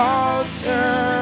altar